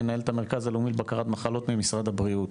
מנהלת המרכז הלאומי לבקרת מחלות ממשרד הבריאות,